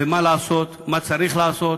ומה לעשות, מה צריך לעשות.